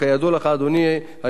אדוני היושב-ראש,